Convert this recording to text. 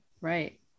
Right